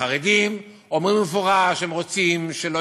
החרדים אומרים במפורש שהם רוצים שלא